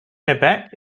quebec